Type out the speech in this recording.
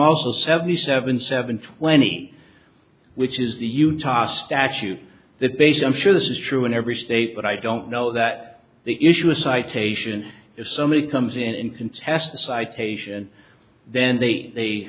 also seventy seven seven twenty which is the utah statute that based i'm sure this is true in every state but i don't know that they issue a citation if somebody comes in and contest a citation then they